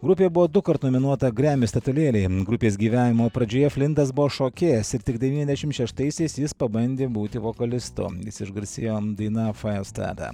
grupė buvo dukart nominuota gremi statulėlei grupės gyvenimo pradžioje flintas buvo šokėjas ir tik devyniasdešim šeštaisiais jis pabandė būti vokalistu jis išgarsėjo daina fajastada